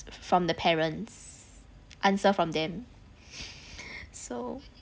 from the parents answer from them so